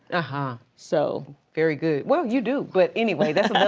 ah ha. so. very good, well you do but anyway, that's